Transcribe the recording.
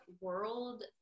world